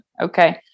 Okay